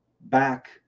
back